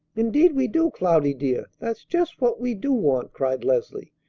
indeed we do, cloudy, dear! that's just what we do want! cried leslie,